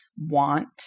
want